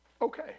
okay